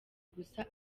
gusa